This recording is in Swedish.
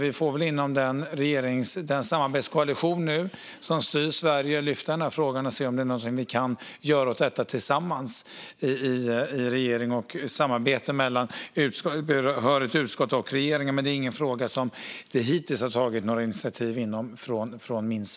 Vi får väl inom den samarbetskoalition som styr Sverige lyfta frågan och se om vi kan göra någonting åt detta i samarbete mellan behörigt utskott och regeringen. Det är dock ingen fråga som jag hittills har tagit några initiativ kring.